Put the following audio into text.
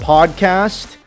Podcast